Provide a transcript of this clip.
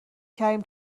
کردیم